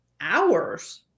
hours